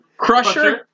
Crusher